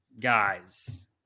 guys